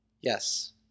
Yes